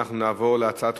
אדוני, אני יכול כיוזם לעלות?